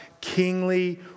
kingly